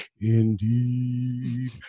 indeed